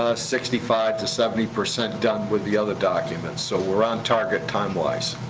sixty five to seventy percent done with the other document. so we're on target, timewise.